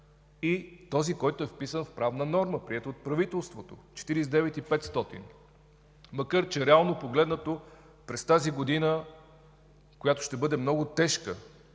и този, който е вписан в правна норма, приета от правителството – 49 хил. 500. Макар че, реално погледнато, през тази година, която ще бъде много тежка